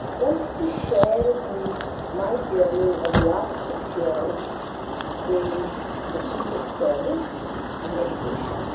wanting to share with you my journey of the last six years in the field of service and education.